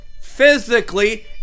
Physically